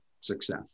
success